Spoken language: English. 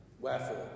Wherefore